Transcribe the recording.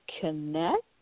connect